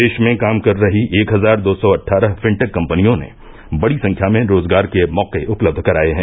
देश में काम कर रही एक हजार दो सौ अट्ठारह फिनटेक कंपनियों ने बड़ी संख्या में रोजगार के मौके उपलब्ध कराए हैं